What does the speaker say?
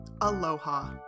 Aloha